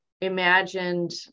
imagined